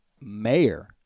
mayor